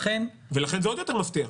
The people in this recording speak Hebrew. ולכן זה עוד יותר מפתיע.